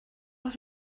lot